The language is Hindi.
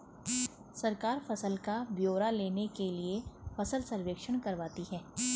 सरकार फसल का ब्यौरा लेने के लिए फसल सर्वेक्षण करवाती है